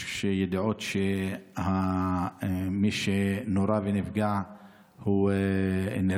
יש ידיעות שמי שנורה ונפגע נרצח,